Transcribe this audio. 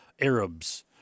Arabs